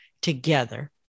together